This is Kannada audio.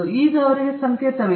ಈಗ ಅವರಿಗೆ ಸಂಕೇತವಿದೆ